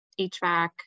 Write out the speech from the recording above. HVAC